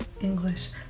English